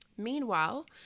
Meanwhile